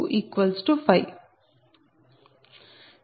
0